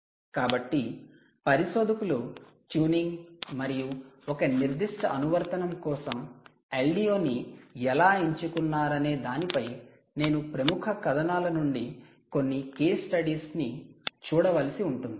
కాబట్టి పరిశోధకులు ట్యూనింగ్ మరియు ఒక నిర్దిష్ట అనువర్తనం కోసం LDO ని ఎలా ఎంచుకున్నారనే దానిపై నేను ప్రముఖ కథనాల నుండి కొన్ని కేస్ స్టడీస్ను చూడవలసి ఉంటుంది